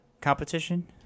competition